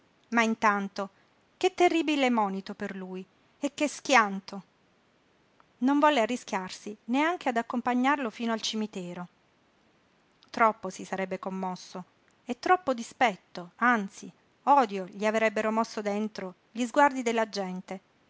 ma intanto che terribile mònito per lui e che schianto non volle arrischiarsi neanche ad accompagnarlo fino al cimitero troppo si sarebbe commosso e troppo dispetto anzi odio gli avrebbero mosso dentro gli sguardi della gente